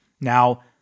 Now